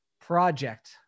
project